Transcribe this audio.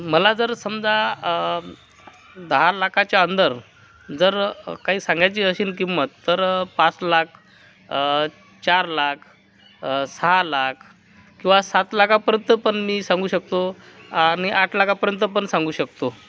मला जर समजा दहा लाखाच्या अंदर जर काही सांगायची असेल किंमत तर पाच लाख चार लाख सहा लाख किंवा सात लाखापर्यंत पण मी सांगू शकतो आणि आठ लाखापर्यंत पण सांगू शकतो